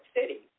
City